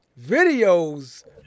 videos